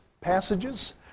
passages